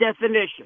definition